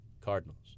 Cardinals